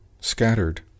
scattered